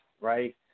right